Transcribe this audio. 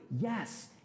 Yes